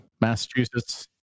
Massachusetts